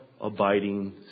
...abiding